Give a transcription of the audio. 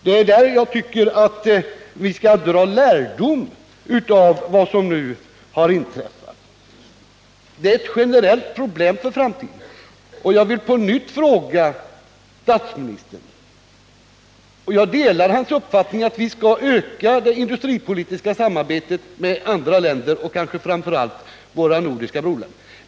Det är därför jag tycker att vi nu skall dra lärdom av vad som har inträffat. Det är ett generellt problem för framtiden. Jag delar statsministerns uppfattning att vi skall öka det industripolitiska samarbetet med andra länder och kanske framför allt med våra nordiska grannländer.